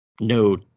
No